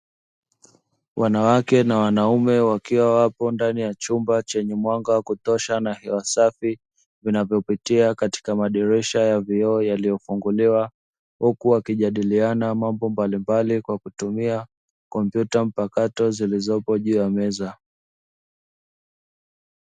Wanawake na wanaume wakiwa wapo ndani ya chumba chenye mwanga wa kutosha na hewa safi, vinavyopitia katika madirisha ya vioo yaliyofunguliwa huku wakijadiliana mambo mbalimbali kwa kutumia kompyuta mpakato zilizopo juu ya meza.